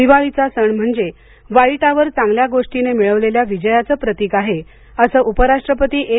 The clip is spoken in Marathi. दिवाळीचा सण म्हणजे वाईटावर चांगल्या गोष्टीने मिळवलेल्या विजयाचं प्रतीक आहे असं उपराष्ट्रपती एम